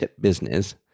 business